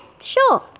sure